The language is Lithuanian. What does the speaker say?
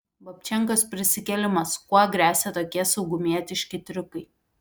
babčenkos prisikėlimas kuo gresia tokie saugumietiški triukai